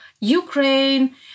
Ukraine